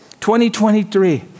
2023